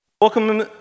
Welcome